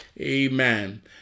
Amen